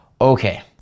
Okay